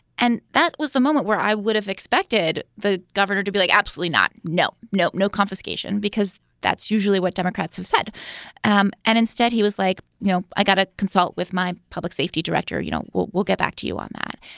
and that was the moment where i would have expected the governor to be. like absolutely not. no, no, no confiscation, because that's usually what democrats have said um and instead, he was like, you know, i got a consult with my public safety director. you know, we'll get back to you on that.